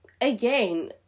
again